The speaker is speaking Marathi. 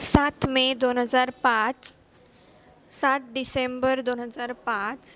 सात मे दोन हजार पाच सात डिसेंबर दोन हजार पाच